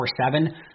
24-7